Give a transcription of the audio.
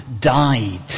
died